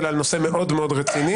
אלא על נושא מאוד מאוד רציני.